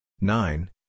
Nine